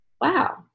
wow